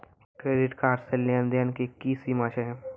Credit card के लेन देन के की सीमा छै?